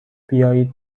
بیایید